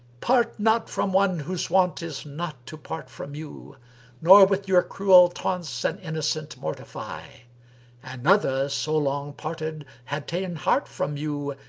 part not from one whose wont is not to part from you nor with your cruel taunts an innocent mortify another so long parted had ta'en heart from you,